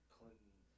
Clinton